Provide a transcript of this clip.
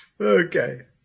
Okay